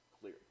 clear